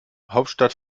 hauptstadt